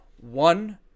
one